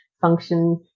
function